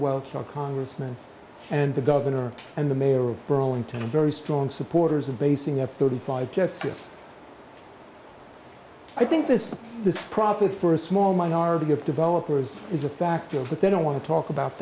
your congressman and the governor and the mayor of burlington a very strong supporters of basing of thirty five jets i think this this profit for a small minority of developers is a factor but they don't want to talk about